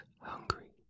hungry